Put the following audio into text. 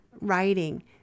writing